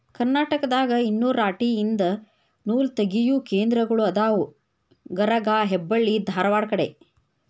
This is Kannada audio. ಕರ್ನಾಟಕದಾಗ ಇನ್ನು ರಾಟಿ ಯಿಂದ ನೂಲತಗಿಯು ಕೇಂದ್ರಗಳ ಅದಾವ ಗರಗಾ ಹೆಬ್ಬಳ್ಳಿ ಧಾರವಾಡ ಕಡೆ